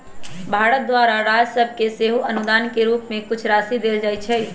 भारत द्वारा राज सभके सेहो अनुदान के रूप में कुछ राशि देल जाइ छइ